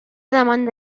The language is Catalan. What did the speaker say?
demanda